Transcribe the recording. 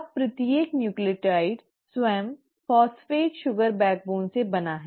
अब प्रत्येक न्यूक्लियोटाइड स्वयं फॉस्फेट शुगर बैकबोन से बना है